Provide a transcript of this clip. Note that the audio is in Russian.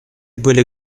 были